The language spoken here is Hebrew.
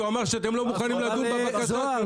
כי הוא אמר שאתם לא מוכנים לדון בבקשות שלו.